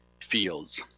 fields